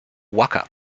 waka